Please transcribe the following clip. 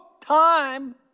time